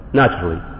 naturally